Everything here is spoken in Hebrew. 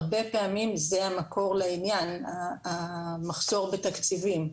הרבה פעמים זה המקור לעניין, המחסור בתקציבים.